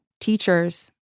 teachers